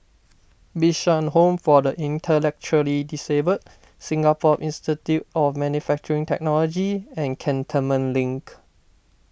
Bishan Home for the Intellectually Disabled Singapore Institute of Manufacturing Technology and Cantonment Link